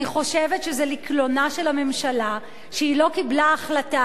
אני חושבת שזה לקלונה של הממשלה שהיא לא קיבלה החלטה,